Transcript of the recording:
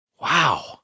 Wow